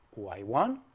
y1